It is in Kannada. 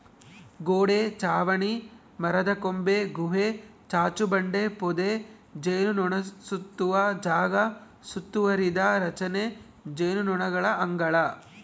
ಗೋಡೆ ಚಾವಣಿ ಮರದಕೊಂಬೆ ಗುಹೆ ಚಾಚುಬಂಡೆ ಪೊದೆ ಜೇನುನೊಣಸುತ್ತುವ ಜಾಗ ಸುತ್ತುವರಿದ ರಚನೆ ಜೇನುನೊಣಗಳ ಅಂಗಳ